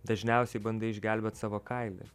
dažniausiai bandai išgelbėt savo kailį